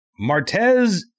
Martez